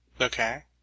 Okay